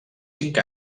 cinc